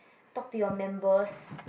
talk to your members